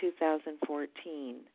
2014